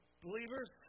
believers